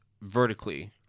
vertically